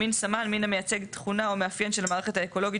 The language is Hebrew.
""מין סמן" מין המייצג תכונה או מאפיין של המערכת האקולוגית